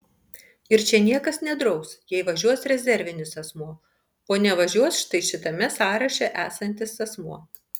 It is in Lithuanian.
ir čia niekas nedraus jei važiuos rezervinis asmuo o nevažiuos štai šitame sąraše esantis asmuo